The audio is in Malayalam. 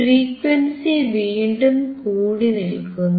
ഫ്രീക്വൻസി വീണ്ടും കൂട്ടിനൽകുന്നു